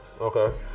Okay